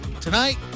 Tonight